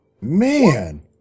Man